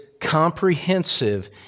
comprehensive